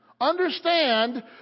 understand